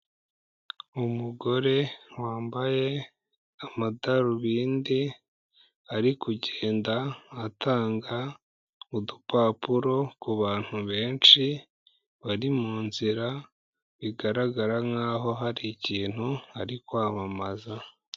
Umugore wambaye amadarubindi ari kugenda atanga udupapuro ku bantu benshi, bari mu nzira, bigaragara nk'aho hari ikintu ari kwamamaza.